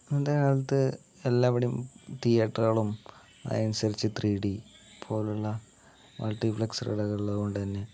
ഇന്നത്തെ കാലത്ത് എല്ലാവിടെയും തിയേറ്ററുകളും അതിനനുസരിച്ച് ത്രീഡി പോലുള്ള മൾട്ടിപ്ലക്സുകൾ ഉള്ളതുകൊണ്ട് തന്നെ